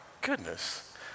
goodness